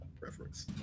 preference